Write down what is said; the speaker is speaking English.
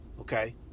okay